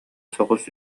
соҕус